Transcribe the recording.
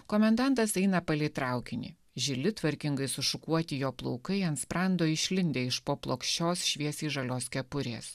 komendantas eina palei traukinį žili tvarkingai sušukuoti jo plaukai ant sprando išlindę iš po plokščios šviesiai žalios kepurės